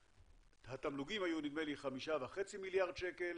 התמלוגים היו 5.5 מיליארד שקל